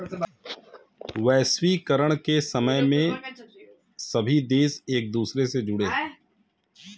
वैश्वीकरण के समय में सभी देश एक दूसरे से जुड़े है